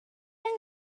yng